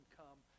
come